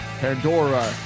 pandora